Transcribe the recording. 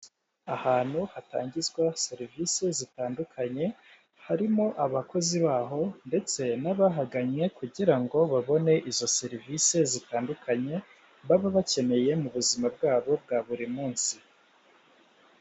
Ahantu hatangizwa serivise zitandukanye harimo abakozi baho ndetse n'abahagannye kugira ngo babone izo serivise zitandukanye baba bakeneye mu buzima bwabo bwa buri munsi.